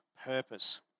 purpose